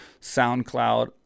soundcloud